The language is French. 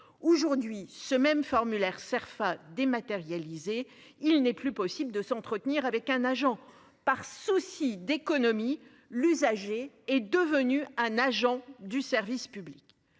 Aujourd'hui, ce même formulaire Cerfa dématérialisé. Il n'est plus possible de s'entretenir avec un agent par souci d'économie, l'usager est devenu un agent du service public.